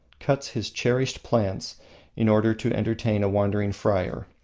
cuts his cherished plants in order to entertain a wandering friar.